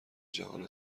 جهان